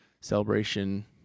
celebration